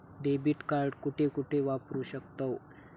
Debit card कुठे कुठे वापरू शकतव?